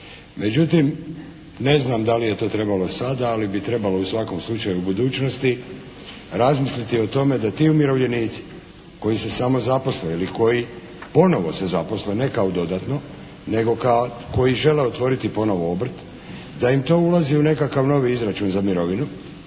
Međutim ne znam da li je to trebalo sada, ali bi trebalo i u svakom slučaju u budućnosti razmisliti i o tome da ti umirovljenici koji se samo zaposle ili koji ponovo se zaposle ne kao dodatno, nego koji žele otvoriti ponovo obrt da im to ulazi u nekakav novi izračun za mirovinu